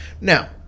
Now